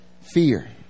fear